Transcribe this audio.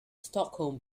stockholm